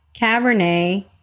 Cabernet